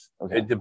Okay